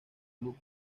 club